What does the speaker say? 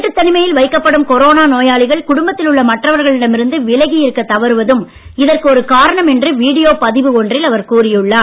வீட்டுத் தனிமையில் வைக்கப்படும் கொரோனா நோயாளிகள் குடும்பத்தில் உள்ள மற்றவர்களிடம் இருந்து விலகி இருக்க தவறுவதும் இதற்கு ஒரு காரணம் என்று வீடியோ பதிவு ஒன்றில் அவர் கூறியுள்ளார்